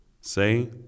Say